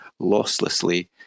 losslessly